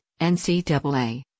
NCAA